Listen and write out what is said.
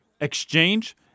exchange